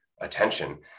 attention